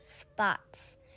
spots